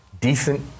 decent